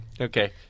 Okay